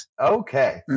Okay